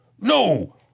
No